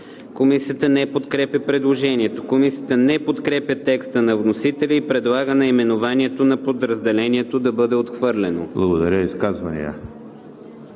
Комисията не подкрепя предложението. Комисията не подкрепя текста на вносителя и предлага наименованието на подразделението да бъде отхвърлено. ПРЕДСЕДАТЕЛ